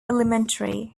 elementary